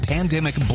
Pandemic